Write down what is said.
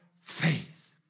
faith